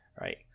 Right